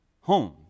home